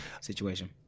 situation